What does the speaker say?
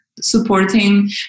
supporting